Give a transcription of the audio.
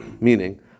Meaning